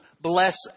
bless